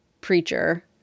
preacher